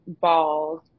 balls